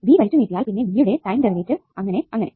V വലിച്ചുനീട്ടിയാൽ പിന്നെ V യുടെ ടൈം ഡെറിവേറ്റീവ് അങ്ങനെ അങ്ങനെ